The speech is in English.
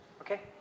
Okay